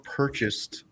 purchased